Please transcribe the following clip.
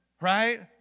Right